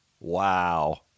Wow